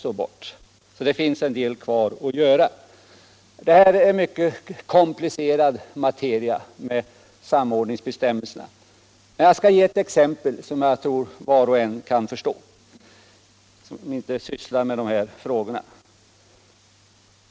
Det finns alltså en hel del kvar att göra. Samordningsbestämmelserna är en mycket komplicerad materia. Men jag skall ge ett exempel som jag tror att också var och en kan förstå som inte sysslar med dessa frågor.